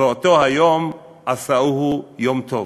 ואותו היום עשאוהו יום טוב".